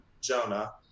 Jonah